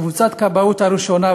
קבוצת הכבאות הראשונה,